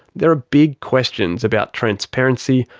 there are big questions about transparency,